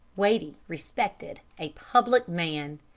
weighty, respected, a public man!